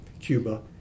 Cuba